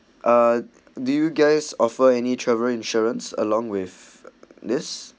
uh did you guys offer any travel insurance along with this